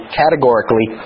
categorically